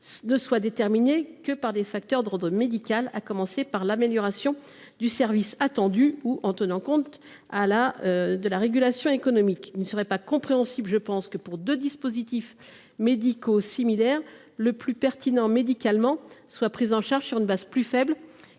ne soit déterminée que par des facteurs d’ordre médical, à commencer par l’amélioration du service attendu, ou par des facteurs liés à la régulation économique. J’estime qu’il ne serait pas compréhensible qu’entre deux dispositifs médicaux similaires, le plus pertinent médicalement soit pris en charge sur une base plus faible